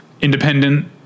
independent